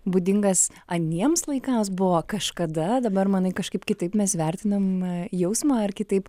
būdingas aniems laikams buvo kažkada dabar manai kažkaip kitaip mes vertinam jausmą ar kitaip